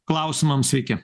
klausimams sveiki